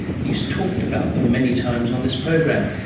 he's talked about them many times on this program.